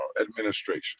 administration